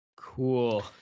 cool